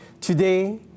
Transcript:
Today